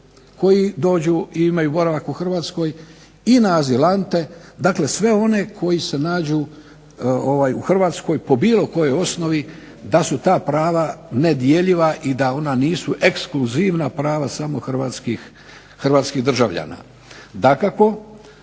koji dođu i imaju boravak u Hrvatskoj i na azilante. Dakle, sve one koji se nađu u Hrvatskoj po bilo kojoj osnovi da su ta prava nedjeljiva i da ona nisu ekskluzivna prava samo hrvatskih državljana. Dakako,